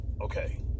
Okay